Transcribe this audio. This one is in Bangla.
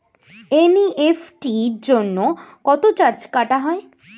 এন.ই.এফ.টি জন্য কত চার্জ কাটা হয়?